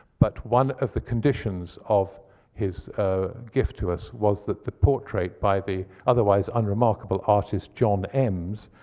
but one of the conditions of his gift to us was that the portrait by the otherwise unremarkable artist john emms,